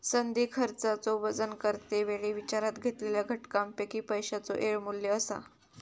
संधी खर्चाचो वजन करते वेळी विचारात घेतलेल्या घटकांपैकी पैशाचो येळ मू्ल्य असा